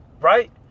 Right